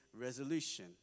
resolution